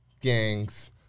gangs